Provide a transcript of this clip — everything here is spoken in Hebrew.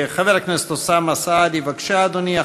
חבר הכנסת אוסאמה סעדי, בבקשה, אדוני.